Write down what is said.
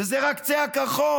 וזה רק קצה הקרחון.